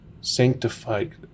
sanctified